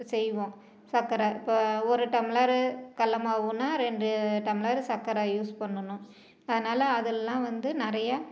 செய்வோம் சக்கரை இப்போ ஒரு டம்ளரு கடல மாவுன்னா ரெண்டு டம்ளரு சக்கரை யூஸ் பண்ணணும் அதனால அதெல்லாம் வந்து நிறைய